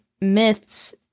myths